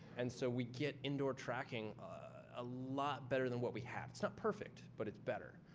and so, we get indoor tracking a lot better than what we had. it's not perfect, but it's better.